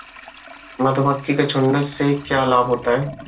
मधुमक्खी के झुंड से क्या लाभ होता है?